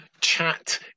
chat